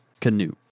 Canoe